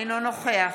אינו נוכח